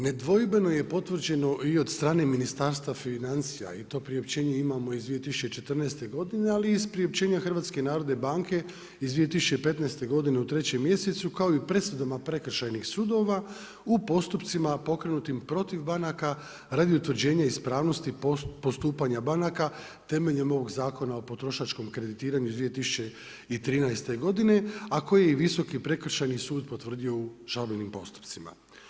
Nedvojbeno je potvrđeno i od strane Ministarstva financija i to priopćenje imamo iz 2014. godine ali iz priopćenja HNB-a iz 2015. godine u 3. mjesecu kao i u presudama prekršajnih sudova u postupcima pokrenutih protiv banaka radi utvrđenja ispravnosti postupanja banaka temeljem ovog Zakona o potrošačkom kreditiranju iz 2013. godine a koji je Visoki prekršajni sud potvrdio u žalbenim postupcima.